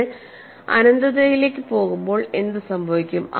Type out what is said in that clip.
നിങ്ങൾ അനന്തതയിലേക്ക് പോകുമ്പോൾ എന്തുസംഭവിക്കും